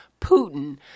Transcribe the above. Putin